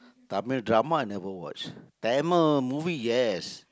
Tamil drama never watch Tamil movie yes